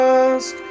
ask